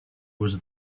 was